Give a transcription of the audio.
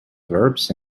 verbs